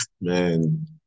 man